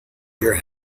your